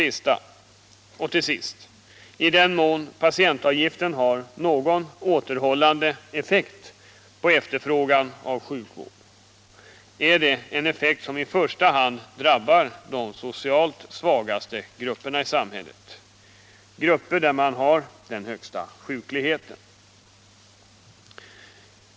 I den mån patientavgifterna har någon återhållande effekt på efterfrågan av sjukvård är det en effekt som i första hand drabbar de socialt svagaste grupperna i samhället, grupper där man har den högsta sjukligheten.